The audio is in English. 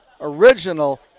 original